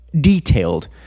detailed